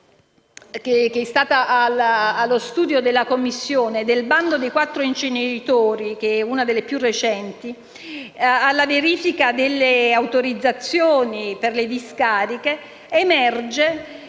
che è stata allo studio della Commissione, dal bando per i quattro inceneritori, che è uno dei più recenti, e dalla verifica delle autorizzazioni per le discariche emergono